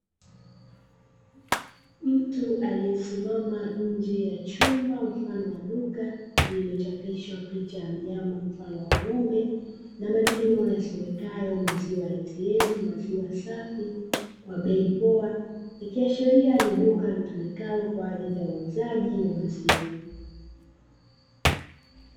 Mtu aliyesimama nje ya chumba mfano wa duka lililochapishwa picha ya mnyama mfano wa ngombe na maneno yasomekayo maziwa atm maziwa safi kwa bei poa, ikiashiria ni duka litumikalo kwa ajili ya uuzaji wa maziwa.